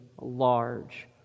large